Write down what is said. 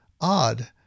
odd